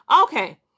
Okay